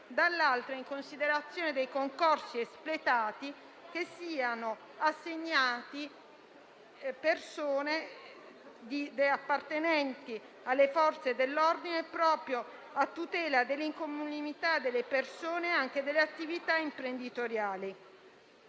dall'altra, in considerazione dei concorsi espletati, chiediamo che sia assegnato personale appartenente alle Forze dell'ordine proprio a tutela dell'incolumità delle persone nonché delle attività imprenditoriali.